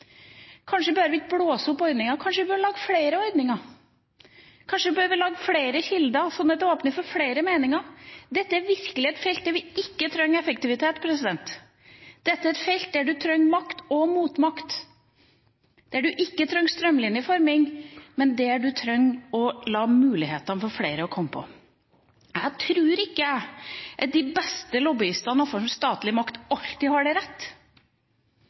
Kanskje bør vi ikke blåse opp ordningene? Kanskje vi bør lage flere ordninger? Kanskje bør vi lage flere kilder, sånn at det åpnes for flere meninger? Dette er virkelig et felt der vi ikke trenger effektivitet. Dette er et felt der man trenger makt og motmakt, der man ikke trenger strømlinjeforming, men der man trenger å la flere få muligheten til å komme med. Jeg tror ikke at de beste lobbyistene overfor den statlige makt alltid har rett